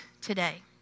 today